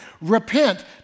Repent